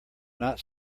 not